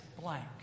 blank